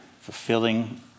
Fulfilling